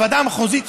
הוועדה המחוזית,